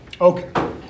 Okay